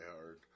Hard